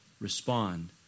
respond